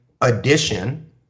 addition